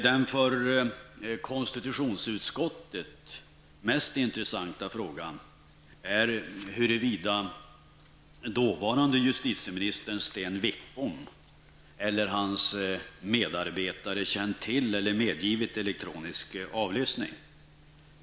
Den för konstitutionsutskottet mest intressanta frågan är huruvida dåvarande justitieministern Sten Wickbom eller hans medarbetare känt till eller medgivit elektronisk avlyssning.